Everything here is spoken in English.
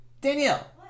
Danielle